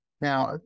Now